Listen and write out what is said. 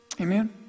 Amen